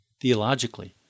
Theologically